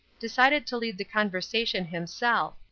decided to lead the conversation himself,